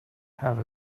have